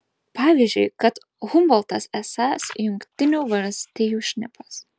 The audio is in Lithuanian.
pavyzdžiui kad humboltas esąs jungtinių valstijų šnipas